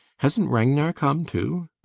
hasn't ragnar come too?